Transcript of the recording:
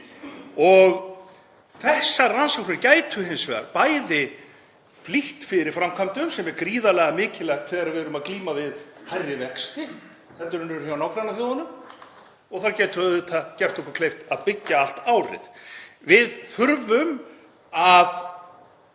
Þessar rannsóknir gætu hins vegar bæði flýtt fyrir framkvæmdum, sem er gríðarlega mikilvægt þegar við erum að glíma við hærri vexti heldur en eru hjá nágrannaþjóðunum, og þær gætu auðvitað gert okkur kleift að byggja allt árið. Við þurfum að